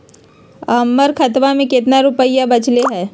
हमर खतवा मे कितना रूपयवा बचल हई?